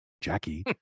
Jackie